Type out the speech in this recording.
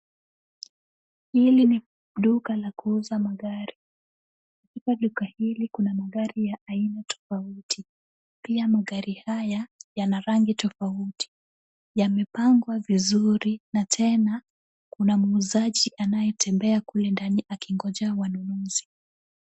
Hili ni duka la kuuza magari. Katika duka hili kuna magari ya aina tofauti. Pia magari haya yana rangi tofauti. Yamepangwa vizuri na tena kuna muuzaji anayetembea kule ndani akingojea wanunuzi.